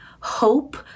hope